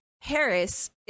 Harris